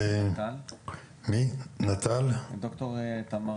ד"ר תמר